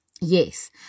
Yes